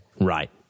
Right